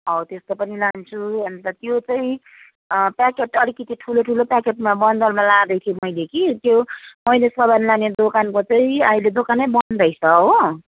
हौ त्यस्तो पनि लान्छु अन्त त्यो चाहिँ प्याकेट अलिकति ठुलो ठुलो प्याकेटमा बन्डलमा लाँदैथिएँ मैले कि त्यो मैले सामान लाने दोकानको चाहिँ अहिले दोकानै बन्द रहेछ हो